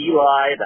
Eli